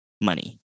money